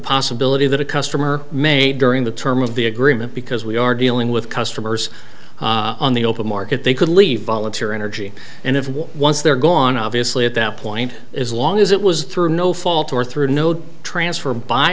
possibility that a customer made during the term of the agreement because we are dealing with customers on the open market they could leave volunteer energy and if it was once they're gone obviously at that point is long as it was through no fault or through a note transfer by